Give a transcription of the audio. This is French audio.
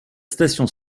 station